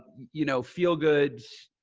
you know, feel good,